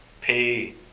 pay